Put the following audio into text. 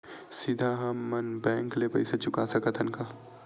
सीधा हम मन बैंक ले पईसा चुका सकत हन का?